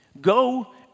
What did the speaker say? go